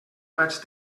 vaig